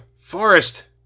forest